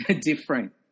different